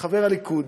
חבר הליכוד,